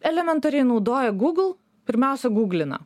elementariai naudoja google pirmiausia guglina